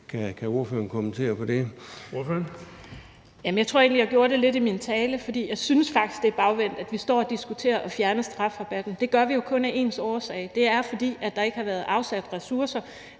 Karina Lorentzen Dehnhardt (SF): Jeg tror egentlig, jeg gjorde det lidt i min tale, for jeg synes faktisk, det er bagvendt, at vi står og har en diskussion om at fjerne strafrabatten. Det gør vi jo kun af én årsag. Det er, fordi der ikke har været afsat ressourcer